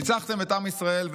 ניצחתם את עם ישראל,